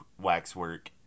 waxwork